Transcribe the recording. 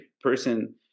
person